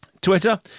Twitter